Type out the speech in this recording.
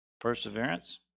Perseverance